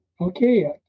Okay